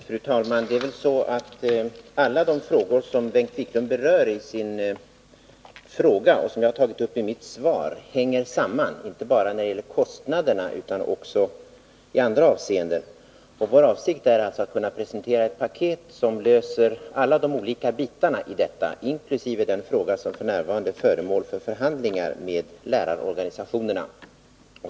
Fru talman! Alla de saker som Bengt Wiklund berör i sin fråga och som jag har tagit upp i mitt svar hänger samman, inte bara när det gäller kostnaderna utan också i andra avseenden. Vår avsikt är att presentera en paketlösning för alla de olika bitarna i detta, inkl. den fråga som f. n. är föremål för förhandlingar med lärarorganisationerna.